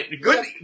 Good